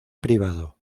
privado